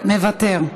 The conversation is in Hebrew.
מוותר.